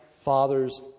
father's